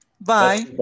Bye